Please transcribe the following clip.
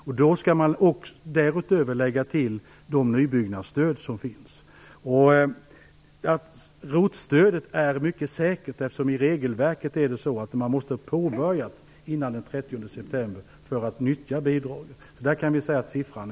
Till det skall man lägga de nybyggnadsstöd som finns. Sifferuppgiften för ROT-stödet är exakt, eftersom regelverket är sådant att arbetet måste ha påbörjats senast den 30 september för att bidraget skall kunna utnyttjas.